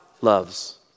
loves